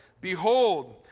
behold